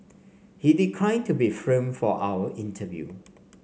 he declined to be filmed for our interview